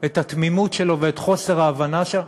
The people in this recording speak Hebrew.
את התמימות שלו ואת חוסר ההבנה שלו.